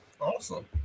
Awesome